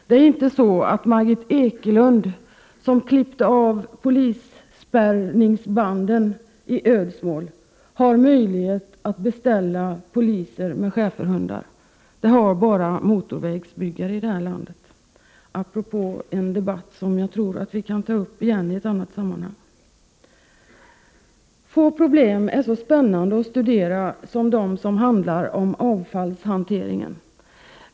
Det är inte så att Margit Ekelund, som klippte av polisavspärrningsbanden i Ödsmål har möjlighet att beställa poliser med schäferhundar — det har här i landet bara motorvägsbyggare, appropå en debatt som jag tror vi kan ta upp igen i ett annat sammanhang. Få problem är så spännande att studera som de som handlar om avfallshanteringen.